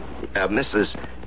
Mrs